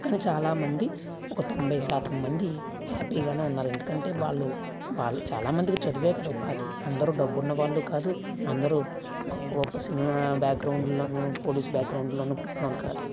కాని చాలా మంది ఒక తొంభై శాతం మంది హ్యాపీగానే ఉన్నారు ఎందుకంటే వాళ్ళు వాళ్ళు చాలా మందికి చదువే కదా ఉపాధి అందరూ డబ్బున్నవాళ్ళు కాదు అందరూ గొప్ప గొప్ప సినిమా బాక్గ్రౌండ్లలోనూ పోలీస్ బాక్గ్రౌండ్లోను పుట్టిన వాళ్ళు కాదు